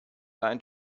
line